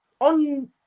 On